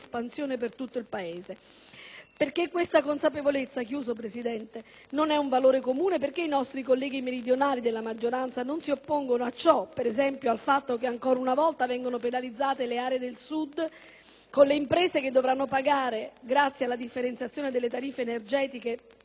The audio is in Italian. Perché questa consapevolezza non è un valore comune? Perché i nostri colleghi meridionali della maggioranza non si oppongono a ciò? Per esempio, al fatto che ancora una volta vengono penalizzate le aree del Sud con le imprese che dovranno pagare, grazie alla differenziazione delle tariffe energetiche, un costo maggiore?